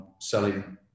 selling